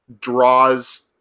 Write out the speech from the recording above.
draws –